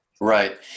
Right